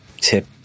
tip